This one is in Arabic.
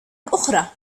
أخرى